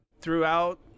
Throughout